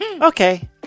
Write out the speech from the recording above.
Okay